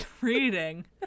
reading